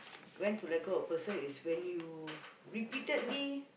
when to let go of person is when you repeatedly